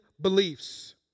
beliefs